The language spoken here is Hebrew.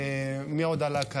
מי עוד עלה כאן?